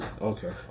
Okay